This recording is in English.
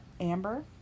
amber